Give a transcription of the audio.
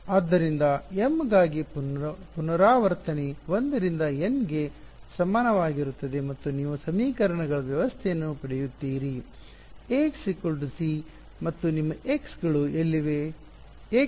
ಆದ್ದರಿಂದ m ಗಾಗಿ ಪುನರಾವರ್ತನೆ 1 ರಿಂದ N ಗೆ ಸಮಾನವಾಗಿರುತ್ತದೆ ಮತ್ತು ನೀವು ಸಮೀಕರಣಗಳ ವ್ಯವಸ್ಥೆಯನ್ನು ಪಡೆಯುತ್ತೀರಿ Ax c ಮತ್ತು ನಿಮ್ಮ x ಗಳು ಎಲ್ಲಿವೆ